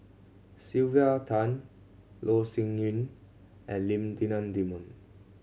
Sylvia Tan Loh Sin Yun and Lim Denan Denon